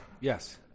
Yes